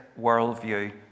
worldview